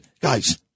guys